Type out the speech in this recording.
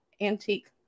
antique